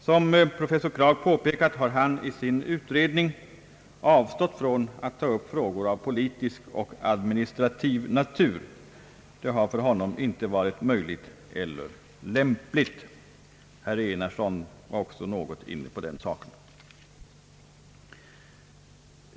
Som professor Kragh påpekat har han i sin utredning avstått från att ta upp frågor av politisk och administrativ natur. Det har för honom inte varit möjligt eller lämpligt. Herr Enarsson var också inne på den saken.